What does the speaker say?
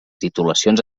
titulacions